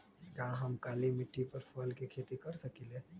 का हम काली मिट्टी पर फल के खेती कर सकिले?